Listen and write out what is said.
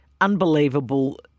unbelievable